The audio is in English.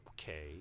Okay